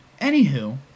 anywho